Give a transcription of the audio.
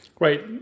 Right